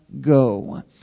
go